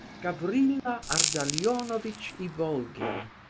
gavrila ardalionovitch ivolgin,